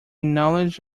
knowledge